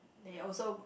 they also